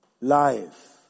life